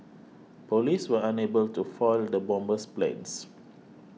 police were unable to foil the bomber's plans